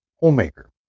Homemaker